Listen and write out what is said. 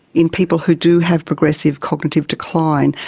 in people who do have progressive cognitive decline,